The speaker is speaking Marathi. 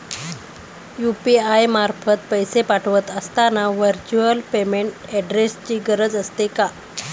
यु.पी.आय मार्फत पैसे पाठवत असताना व्हर्च्युअल पेमेंट ऍड्रेसची गरज असते का?